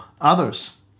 others